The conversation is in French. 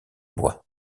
bois